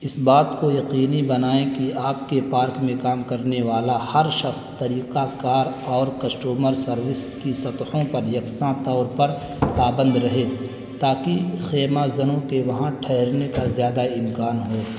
اس بات کو یقینی بنائیں کہ آپ کے پارک میں کام کرنے والا ہر شخص طریقہ کار اور کسٹومر سروس کی سطحوں پر یکساں طور پر پابند رہے تاکہ خیمہ زنوں کے وہاں ٹھہرنے کا زیادہ امکان ہو